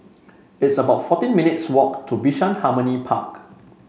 it's about fourteen minutes' walk to Bishan Harmony Park